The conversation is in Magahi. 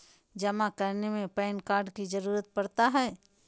जमा करने में पैन कार्ड की जरूरत पड़ता है?